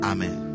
Amen